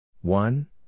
one